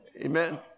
Amen